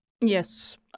Yes